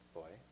boy